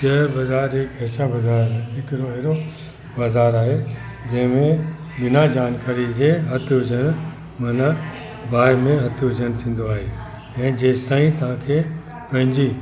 share बाज़ारि एक एस बाज़ारि है हिकिड़ो अहिड़ो बाज़ारि आहे जंहिं में बिना जानकारी जे हथ विझण माना बाहे में हथु विझणु थींदो आहे ऐं जेसीं ताईं तव्हांखे पंहिंजी